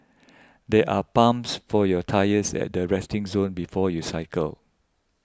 there are pumps for your tyres at the resting zone before you cycle